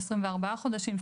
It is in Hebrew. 24 חודשים,